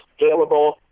scalable